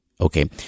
Okay